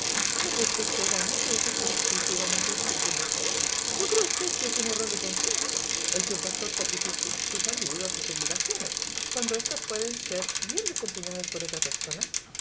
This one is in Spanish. no juzga usted ana que eso es ser exclusivamente escrupuloso no cree usted que es un error de conciencia el que un pastor sacrifique su salud a sus obligaciones cuando éstas pueden ser bien desempeñadas por otra persona